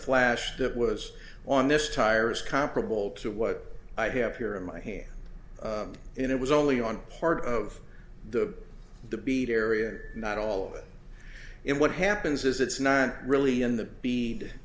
flash that was on this tire is comparable to what i have here in my hand and it was only on part of the the beat area not all of it and what happens is it's not really in the